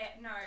no